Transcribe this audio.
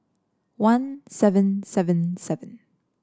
one seven seven seven